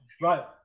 Right